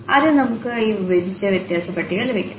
ആദ്യം നമുക്ക് ഈ വിഭജിച്ച വ്യത്യാസ പട്ടിക ലഭിക്കും